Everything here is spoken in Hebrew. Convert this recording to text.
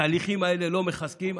התהליכים האלה לא מחזקים.